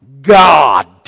God